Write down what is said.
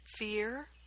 Fear